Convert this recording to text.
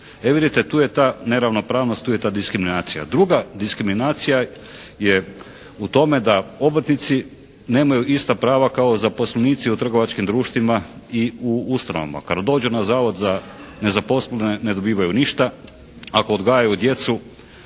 E vidite tu je ta neravnopravnost, tu je ta diskriminacija. Druga diskriminacija je u tome da obrtnici nemaju ista prava kao zaposlenici u trgovačkim društvima i u ustanovama. Kada dođe na zavod za nezaposlene ne dobivaju ništa, ako odgajaju djecu